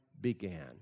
began